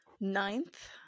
Ninth